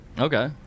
Okay